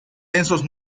lienzos